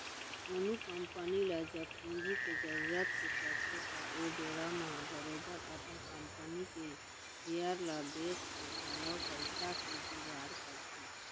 कोनो कंपनी ल जब पूंजी के जरुरत के पड़थे त ओ बेरा म बरोबर अपन कंपनी के सेयर ल बेंच के घलौक पइसा के जुगाड़ करथे